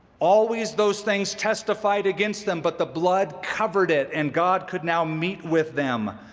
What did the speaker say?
always those things testified against them, but the blood covered it and god could now meet with them.